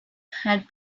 had